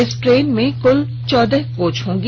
इस ट्रेन में कुल चौदह कोच होंगी